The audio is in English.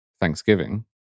Thanksgiving